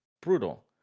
brutal